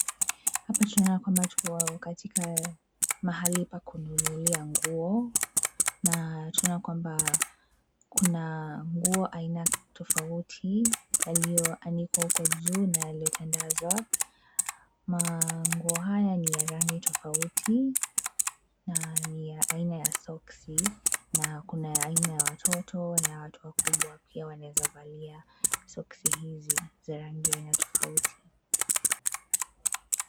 Hapa tunaona kwamba tuko katika mahali pa kununulia nguo, na tunaona kwamba kuna nguo aina tofauti yaliyoanikwa huko juu, na yaliyo tandazwa. Manguo haya ni ya rangi tofauti, na ni ya aina ya soksi, na kuna aina ya watoto, na ya watu wakubwa pia wanaweza valia soksi hizi za rangi ya aina tofauti.